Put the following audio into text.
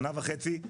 שנה וחצי,